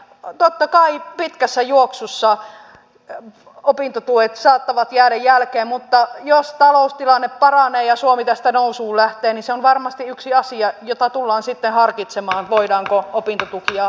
totta kai pitkässä juoksussa opintotuet saattavat jäädä jälkeen mutta jos taloustilanne paranee ja suomi tästä nousuun lähtee niin varmasti yksi asia jota tullaan sitten harkitsemaan on se voidaanko opintotukia aikanaan korottaa